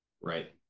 right